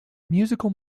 musical